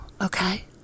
okay